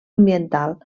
ambiental